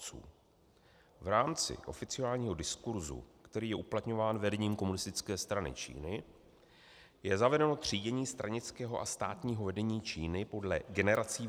V rámci oficiálního diskurzu, který je uplatňován vedením Komunistické strany Číny, je zavedeno třídění stranického a státního vedení Číny podle generací vůdců.